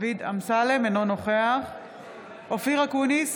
אינו נוכח אופיר אקוניס,